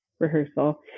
Rehearsal